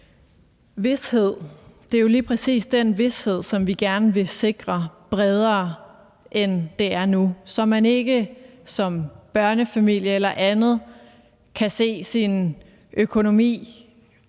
Det er jo lige præcis den vished, som vi gerne vil sikre bredere, end det er nu, så ens økonomi som børnefamilie eller andet ikke er afhængig